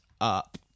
up